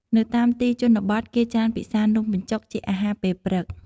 នៅតាមទីជនបទគេច្រើនពិសានំបញ្ចុកជាអាហារពេលព្រឹក។